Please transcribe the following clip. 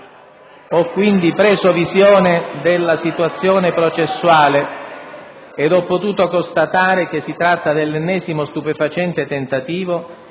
Ho quindi preso visione della situazione processuale ed ho potuto constatare che si tratta dell'ennesimo stupefacente tentativo